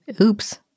Oops